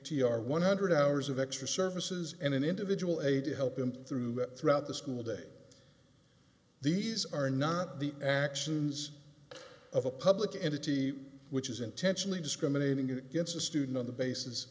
r one hundred hours of extra services and an individual aide to help them through it throughout the school day these are not the actions of a public entity which is intentionally discriminating against a student on the basis